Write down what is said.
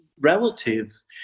relatives